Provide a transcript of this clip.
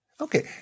Okay